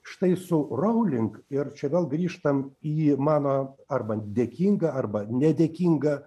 štai su rowling ir čia vėl grįžtam į mano arba dėkingą arba nedėkingą